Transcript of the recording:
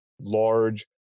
large